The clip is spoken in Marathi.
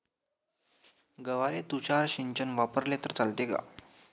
गव्हाले तुषार सिंचन वापरले तर चालते का?